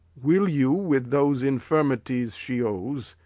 will you, with those infirmities she owes,